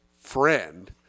friend